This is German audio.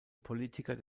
politiker